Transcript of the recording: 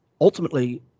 ultimately